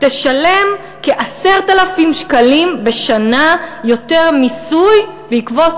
תשלם כ-10,000 שקלים בשנה יותר מסים בעקבות